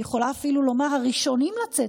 אני יכולה אפילו לומר שהראשונים לצאת,